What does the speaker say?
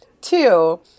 Two